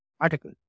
article